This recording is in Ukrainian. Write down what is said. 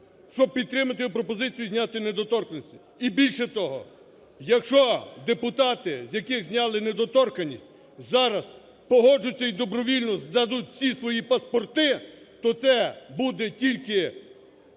щоб підтримати його пропозицію зняти недоторканність. І більше того, якщо депутати, з яких зняли недоторканність, зараз погодяться і добровільно здадуть всі свої паспорти, то це буде тільки